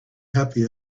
happy